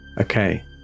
Okay